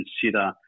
consider